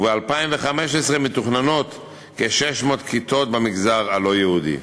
וב-2015 מתוכננות כ-600 כיתות במגזר הלא-יהודי.